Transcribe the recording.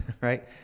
right